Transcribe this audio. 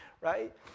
right